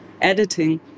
editing